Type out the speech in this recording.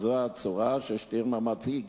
זאת הצורה שבה ה"שטירמר" מציג